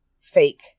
fake